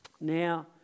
Now